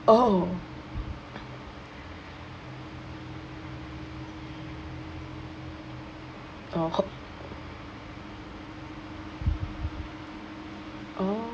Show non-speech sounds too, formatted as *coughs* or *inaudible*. oh oh *coughs* oh